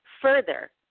Further